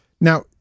Now